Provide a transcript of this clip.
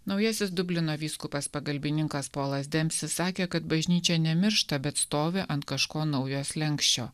naujasis dublino vyskupas pagalbininkas polas densi sakė kad bažnyčia nemiršta bet stovi ant kažko naujo slenksčio